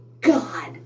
God